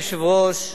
אדוני היושב-ראש,